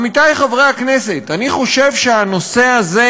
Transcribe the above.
עמיתי חברי הכנסת, אני חושב שהנושא הזה,